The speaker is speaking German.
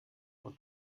von